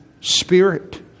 spirit